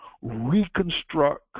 reconstruct